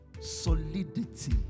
solidity